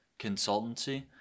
consultancy